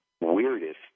weirdest